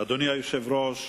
אדוני היושב-ראש,